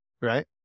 right